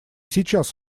сейчас